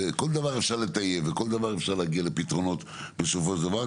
וכל דבר אפשר לטייב וכל דבר אפשר להגיע לפתרונות בסופו של דבר.